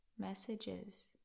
messages